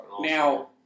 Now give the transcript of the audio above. Now